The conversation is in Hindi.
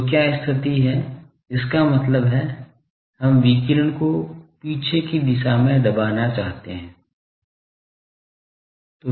तो क्या स्थिति है इसका मतलब है हम विकिरण को पीछे की दिशा में दबाना चाहते हैं